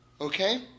Okay